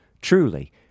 Truly